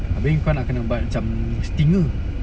habis kau nak buat macam stinger